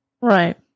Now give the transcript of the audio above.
Right